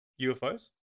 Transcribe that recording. UFOs